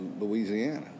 Louisiana